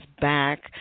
back